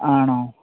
ആണോ